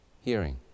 Hearing